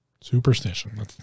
Superstition